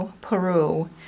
Peru